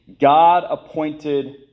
God-appointed